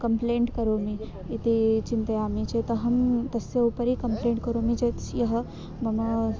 complaint करोमि इति चिन्तयामि चेत् अहं तस्य उपरि कम्प्लेण्ट् करोमि चेत् सः मम